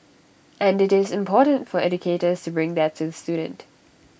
and IT is important for educators to bring that to the student